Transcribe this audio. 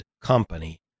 company